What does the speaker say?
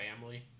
family